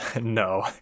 No